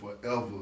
forever